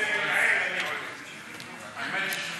לי כבר שילמו